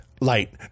light